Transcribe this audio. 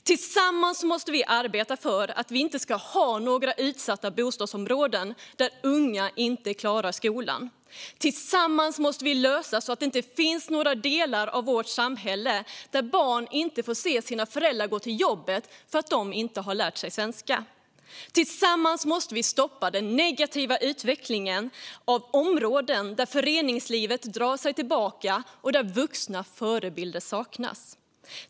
Tillsammans måste vi arbeta för att vi inte ska ha några utsatta bostadsområden där unga inte klarar skolan. Tillsammans måste vi se till att det inte finns några delar av vårt samhälle där barn inte får se sina föräldrar gå till jobbet för att de inte har lärt sig svenska. Tillsammans måste vi stoppa den negativa utvecklingen av områden där föreningslivet drar sig tillbaka och där vuxna förebilder saknas.